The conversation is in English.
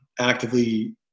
actively